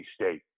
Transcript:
State